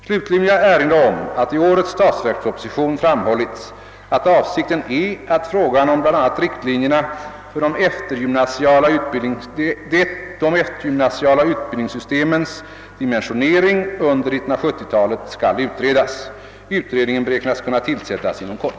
Slutligen vill jag erinra om att det i årets statsverksproposition framhållits att avsikten är att frågan om bl.a. riktlinjerna för de eftergymnasiala utbildningssystemens dimensionering under 1970-talet skall utredas. Utredningen beräknas kunna tillsättas inom kort.